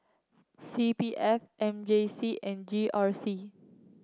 C P F M J C and G R C